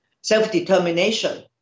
self-determination